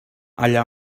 allà